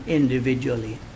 individually